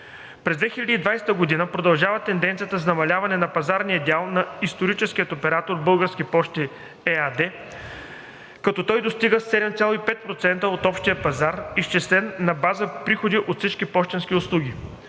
През 2020 г. продължава тенденцията на намаление на пазарния дял на историческия оператор „Български пощи“ ЕАД, като той достига 7,5% от общия пазар, изчислен на база приходи от всички пощенски услуги.